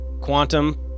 quantum